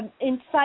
inside